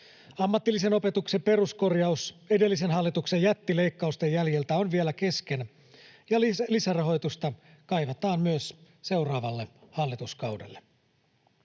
Ammatillisen opetuksen peruskorjaus edellisen hallituksen jättileikkausten jäljiltä on vielä kesken, ja lisärahoitusta kaivataan myös seuraavalle hallituskaudelle.